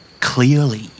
Clearly